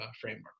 framework